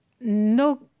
no